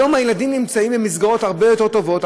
היום הילדים נמצאים במסגרות הרבה יותר טובות,